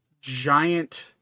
giant